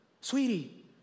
sweetie